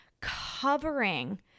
covering